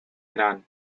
iran